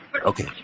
Okay